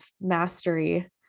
mastery